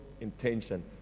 intention